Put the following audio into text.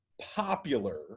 popular